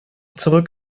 zurück